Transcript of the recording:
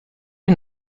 est